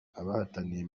abahatanira